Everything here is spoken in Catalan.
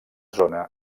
zona